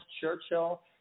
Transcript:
Churchill